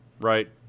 right